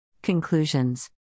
Conclusions